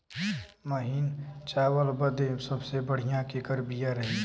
महीन चावल बदे सबसे बढ़िया केकर बिया रही?